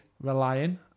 relying